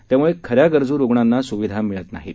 त्यामुळे खऱ्या गरजू रुग्णांना सुविधा मिळत नाहीत